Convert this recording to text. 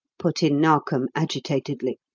put in narkom agitatedly.